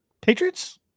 Patriots